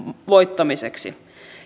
voittamiseksi